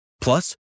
Plus